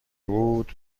بود